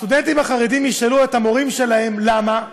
הסטודנטים החרדים ישאלו את המורים שלהם, למה?